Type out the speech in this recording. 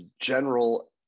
general